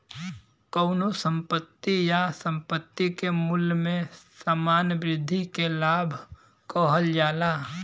कउनो संपत्ति या संपत्ति के मूल्य में सामान्य वृद्धि के लाभ कहल जाला